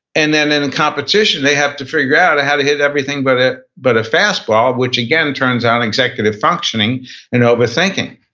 and then then in competition they have to figure out how to hit everything but ah but a fastball, which again turns on executive functioning and overthinking.